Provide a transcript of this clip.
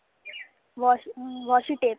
wash washi tape